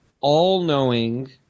all-knowing